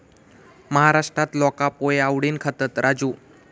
महाराष्ट्रात लोका पोहे आवडीन खातत, राजू